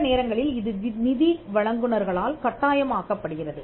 சில நேரங்களில் இது நிதி வழங்குநர்களால் கட்டாயம் ஆக்கப்படுகிறது